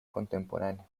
contemporáneo